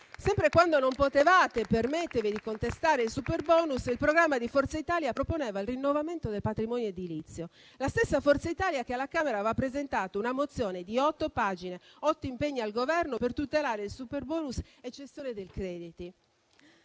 Sempre quando non potevate permettervi di contestare il superbonus, il programma di Forza Italia proponeva il rinnovamento del patrimonio edilizio. La stessa Forza Italia che alla Camera aveva presentato una mozione di otto pagine, con otto impegni al Governo per tutelare il superbonus e la cessione dei crediti.